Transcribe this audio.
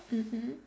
mmhmm